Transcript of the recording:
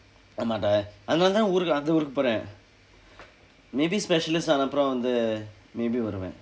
ஆமாம்:aamaam dah அதனால தான் ஊர்ல அந்த ஊருக்கு போறேன் :athanala thaan ooril andtha uurukku pooreen maybe specialist ஆன அப்புறம் வந்து:aanaa appuram vandthu maybe வருவேன்:varuven